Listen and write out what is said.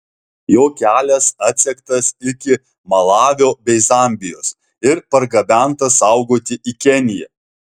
jo kelias atsektas iki malavio bei zambijos ir pargabentas saugoti į keniją